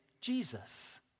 Jesus